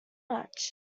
much